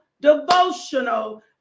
devotional